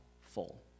full